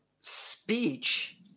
speech